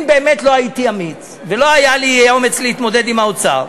אם באמת לא הייתי אמיץ ולא היה לי האומץ להתמודד עם האוצר,